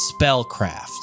spellcraft